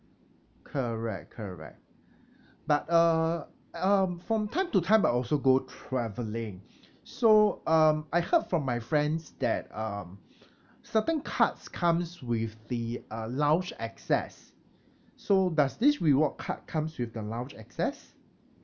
correct correct but uh um from time to time I also go traveling so um I heard from my friends that um certain cards comes with the uh lounge access so does this reward card comes with the lounge access